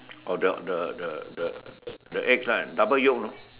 oh the the the the the eggs lah double Yolk you know